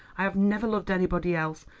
i have never loved anybody else,